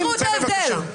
צא, בבקשה.